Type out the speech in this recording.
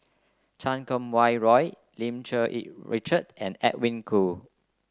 Chan Kum Wah Roy Lim Cherng Yih Richard and Edwin Koo